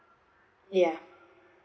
ya